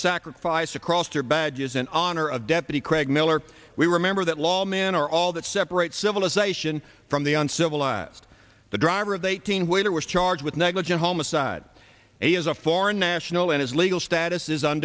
sacrifice across their bad years in honor of deputy craig miller we remember that law man are all that separate civilization from the uncivilized the driver of the eighteen waiter was charged with negligent homicide he is a foreign national and his legal status is